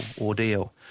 ordeal